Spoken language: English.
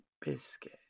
biscuit